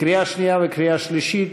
לקריאה שנייה וקריאה שלישית.